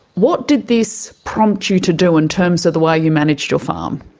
what did this prompt you to do in terms of the way you managed your farm?